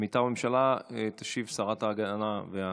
מטעם הממשלה תשיב השרה להגנת הסביבה.